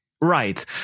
right